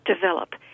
develop